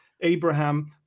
Abraham